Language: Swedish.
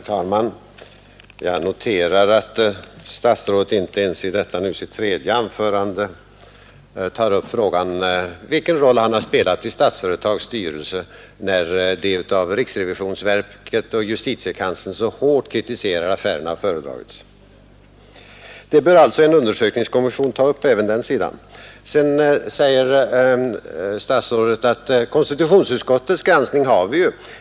Herr talman! Jag noterar att statsrådet inte ens nu i detta sitt tredje anförande tar upp frågan vilken roll han har spelat i Statsföretags styrelse när de av riksrevisionsverket och justitiekanslern så hårt kritiserade affärerna föredragits. En undersökningskommission bör alltså ta upp även den sidan av saken. Sedan säger herr statsrådet att konstitutionsutskottets granskning har vi ju.